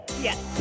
Yes